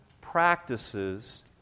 practices